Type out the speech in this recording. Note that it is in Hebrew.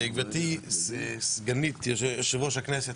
גברתי סגנית יושב-ראש הכנסת,